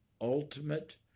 ultimate